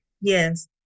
Yes